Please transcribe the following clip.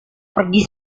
pergi